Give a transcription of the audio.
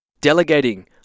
Delegating